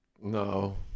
no